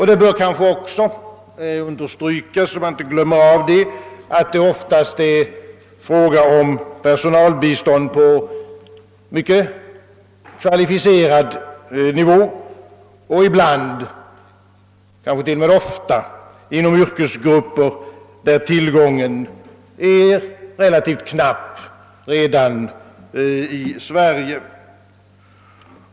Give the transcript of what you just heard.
Det bör kanske också understrykas, så att man inte glömmer av det, att det oftast är fråga om personalbistånd på mycket kvalificerad nivå och ibland, kanske t.o.m. ofta, inom yrkesgrupper där tillgången är relativt knapp redan i Sverige.